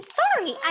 sorry